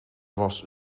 was